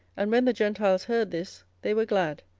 and when the gentiles heard this, they were glad,